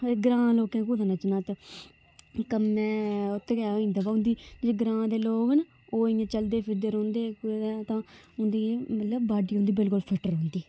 ग्रांऽ दे लोकें कुत्थै नच्चना इत्त कम्मै ओत्त गै होई जंदा बो उं'दी जेह्ड़े ग्रांऽ दे लोग न ओह् इ'यां चलदे फिरदे रौंह्दे कुदै तां उं'दी मतलब बाडी उं'दी बिलकुल फिट्ट रौंह्दी